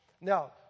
now